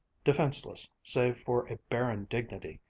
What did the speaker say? defenseless save for a barren dignity,